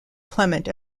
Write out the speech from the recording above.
clement